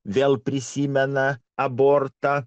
vėl prisimena abortą